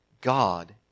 God